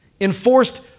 enforced